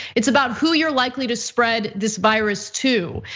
it's about who you're likely to spread this virus to.